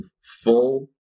full